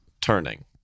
turning